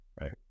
Right